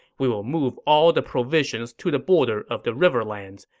we will move all the provisions to the border of the riverlands.